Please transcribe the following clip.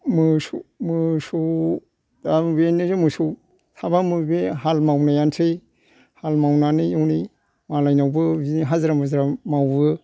मोसौ मोसौ थाबाबो बेनोसै मोसौ थाबा बे हाल मावनायानोसै हाल मावनानै हनै मालाय नावबो बिदिनो हाजिरा मुजिरा मावो